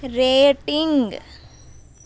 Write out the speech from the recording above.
rating